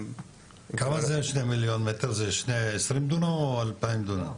כמה זה 2 מיליון מטר, זה 20 דונם או 2,000 דונם?